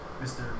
Mr